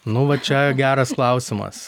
nu va čia geras klausimas